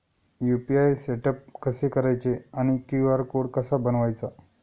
UPI setup कसे करायचे आणि क्यू.आर कोड कसा बनवायचा?